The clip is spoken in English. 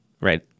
right